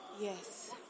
Yes